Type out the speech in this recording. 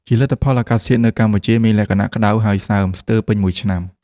ជាលទ្ធផល អាកាសធាតុនៅកម្ពុជាមានលក្ខណៈក្តៅហើយសើមស្ទើរពេញមួយឆ្នាំ។